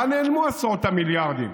לאן נעלמו עשרות המיליארדים?